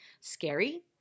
scary